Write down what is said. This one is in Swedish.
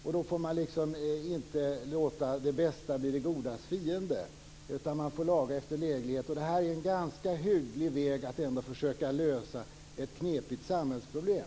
Man får inte låta det bästa bli det godas fiende, utan man får laga efter läglighet, och det här är en ganska bra väg att ändå försöka lösa ett knepigt samhällsproblem.